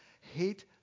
hate